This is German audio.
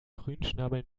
grünschnabel